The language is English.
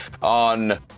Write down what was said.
on